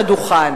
הליכוד,